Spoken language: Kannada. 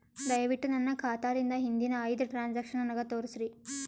ದಯವಿಟ್ಟು ನನ್ನ ಖಾತಾಲಿಂದ ಹಿಂದಿನ ಐದ ಟ್ರಾಂಜಾಕ್ಷನ್ ನನಗ ತೋರಸ್ರಿ